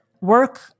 work